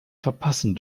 verpassen